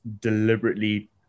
deliberately